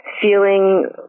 feeling